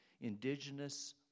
indigenous